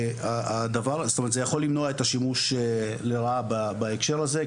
זה יכול למנוע את השימוש לרעה בהקשר הזה.